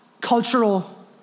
cultural